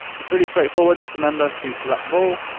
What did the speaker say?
it's really straightforward, just remember to select them all,